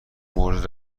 مورد